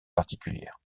particulière